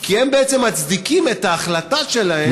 כי הם בעצם מצדיקים את ההחלטה שלהם,